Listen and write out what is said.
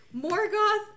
morgoth